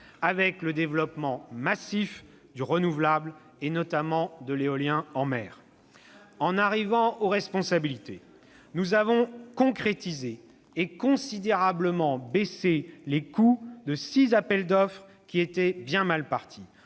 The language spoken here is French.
avec le développement massif du renouvelable et notamment de l'éolien en mer. En arrivant aux responsabilités, nous avons concrétisé et considérablement baissé les coûts de six appels d'offres qui étaient bien mal partis.